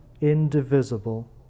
Indivisible